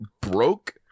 broke